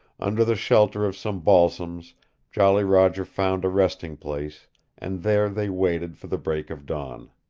under the shelter of some balsams jolly roger found a resting place and there they waited for the break of dawn.